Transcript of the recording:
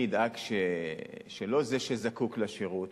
אני אדאג שלא זה שזקוק לשירות,